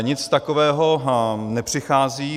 Nic takového nepřichází.